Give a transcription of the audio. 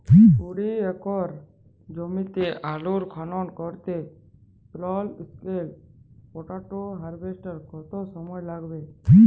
কুড়ি একর জমিতে আলুর খনন করতে স্মল স্কেল পটেটো হারভেস্টারের কত সময় লাগবে?